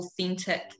authentic